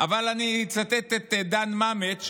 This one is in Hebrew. אבל אני אצטט את דן ממט,